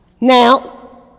Now